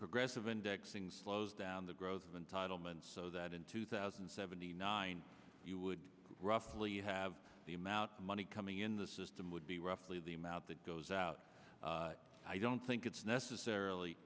progressive indexing slows down the growth of entitlements so that in two thousand and seventy nine you would roughly have the amount of money coming in the system would be the amount that goes out i don't think it's necessarily